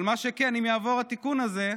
אבל מה שכן, אם יעבור התיקון הזה,